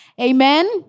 Amen